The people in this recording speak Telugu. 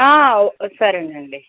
ఆ ఓకే సరేనండి